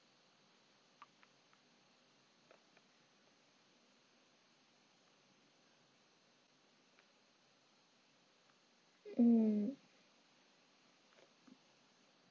mm